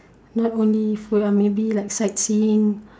not only food lah maybe like sightseeing